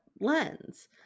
lens